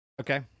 Okay